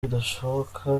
bitashoboka